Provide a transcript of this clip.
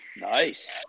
Nice